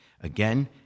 Again